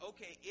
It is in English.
Okay